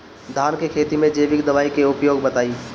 धान के खेती में जैविक दवाई के उपयोग बताइए?